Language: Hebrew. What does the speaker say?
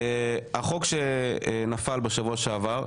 החוק שנפל בשבוע שעבר,